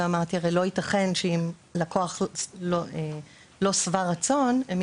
ואמרתי שאם לקוח לא שבע רצון לא ייתכן